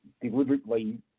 deliberately